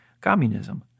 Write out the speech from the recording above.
communism